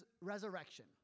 resurrection